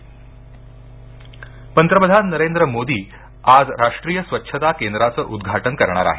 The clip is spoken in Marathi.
उदघाटन पंतप्रधान नरेंद्र मोदी आज राष्ट्रीय स्वच्छता केंद्राचं उद्दघाटन करणार आहेत